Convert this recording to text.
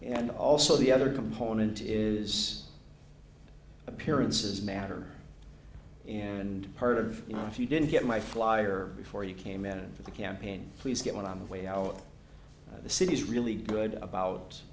and also the other component is appearances matter and part of you know if you didn't get my flyer before you came in for the campaign please get what i'm way out of the city is really good about